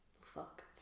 Fuck